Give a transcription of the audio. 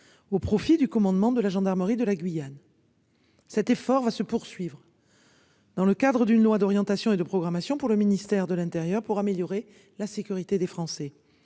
au profit du commandement de la gendarmerie de la Guyane. Cet effort va se poursuivre. Dans le cadre d'une loi d'orientation et de programmation pour le ministère de l'Intérieur pour améliorer la sécurité des Français.